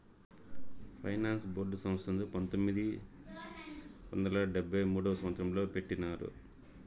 finance board సంస్థను పంతొమ్మిది వందల డెబ్భై మూడవ సంవచ్చరంలో పెట్టినారు